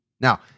Now